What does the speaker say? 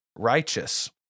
Righteous